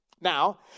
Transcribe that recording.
Now